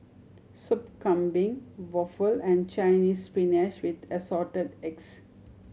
Soup Kambing waffle and Chinese Spinach with Assorted Eggs